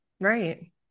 Right